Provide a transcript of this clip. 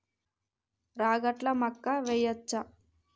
రాగట్ల మక్కా వెయ్యచ్చా?